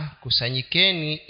kusanyikeni